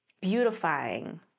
beautifying